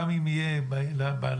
גם אם יהיה לדרום,